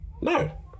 No